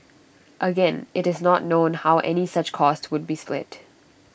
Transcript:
again IT is not known how any such cost would be split